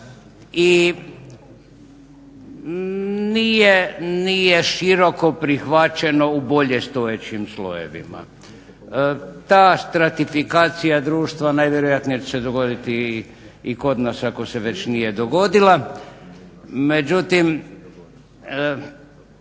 i nije široko prihvaćeno u bolje prihvaćenim slojevima. Ta stratifikacija društva najvjerojatnije će se dogoditi i kod nas ako se već nije dogodila. Međutim